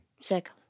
Sick